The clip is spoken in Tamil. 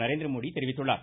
நரேந்திரமோடி தெரிவித்துள்ளார்